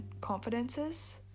confidences